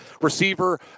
receiver